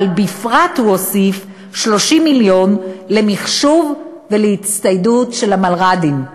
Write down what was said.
אבל בפרט הוא הוסיף 30 מיליון למחשוב ולהצטיידות של המלר"דים.